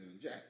jack